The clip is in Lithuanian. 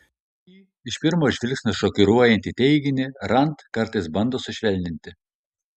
šį iš pirmo žvilgsnio šokiruojantį teiginį rand kartais bando sušvelninti